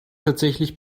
tatsächlich